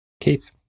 Keith